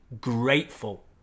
grateful